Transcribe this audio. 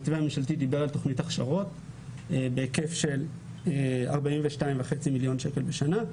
המתווה הממשלתי דיבר על תוכנית הכשרות בהיקף של 42.5 מיליון שקל בשנה.